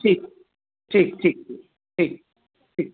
ठीकु ठीकु ठीकु ठीकु ठीकु